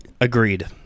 agreed